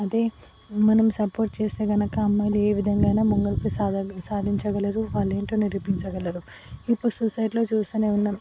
అదే మనం సపోర్ట్ చేస్తే గనక అమ్మాయిలు ఏ విధంగా అయినా ముంగలకి సాగ సాధించగలరు వాళ్ళు ఏంటో నిరూపించగలరు ఇప్పుడు సొసైటీలొ చూస్తూనే ఉన్నాము